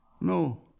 No